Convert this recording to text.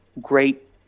great